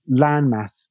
landmass